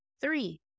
Three